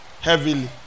heavily